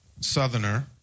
Southerner